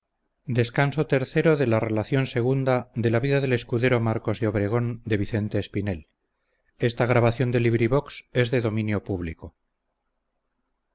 la donosa narración de las aventuras del escudero marcos de obregón